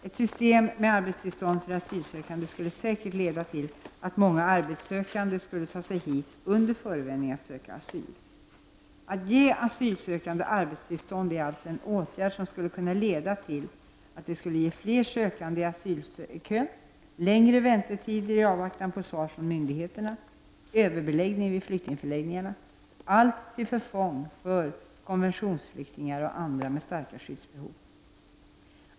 Ett system med arbetstillstånd för asylsökande skulle säkert leda till att många arbetssökande skulle ta sig hit under förevändning att söka asyl. Att ge asylsökande arbetstillstånd är alltså en åtgärd som skulle kunna leda till fler sökande i asylkön, längre väntetider i avvaktan på svar från myndigheterna, överbeläggning vid flyktingförläggningarna -- allt till förfång för konventionsflyktingar och andra med starka skyddsbehov.